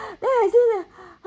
then I say